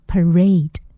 Parade